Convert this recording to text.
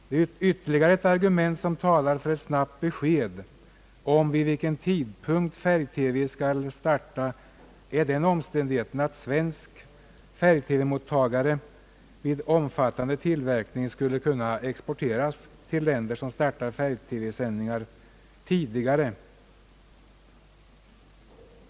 Det finns ytterligare ett argument som talar för ett snabbt besked om vid vilken tidpunkt färgtelevisionen skall starta, nämligen den omständigheten att svenska färg-TV-mottagare vid omfattande tillverkning skulle kunna exporteras till länder som startar färgtelevisionssändningar = tidigare.